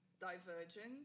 divergent